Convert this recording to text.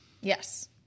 Yes